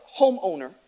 homeowner